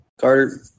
Carter